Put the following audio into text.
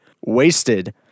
Wasted